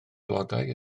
blodau